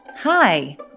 Hi